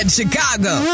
Chicago